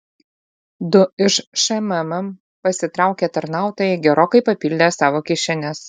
du iš šmm pasitraukę tarnautojai gerokai papildė savo kišenes